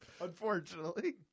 Unfortunately